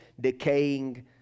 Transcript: decaying